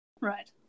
Right